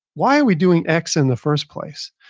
why are we doing x in the first place?